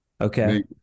okay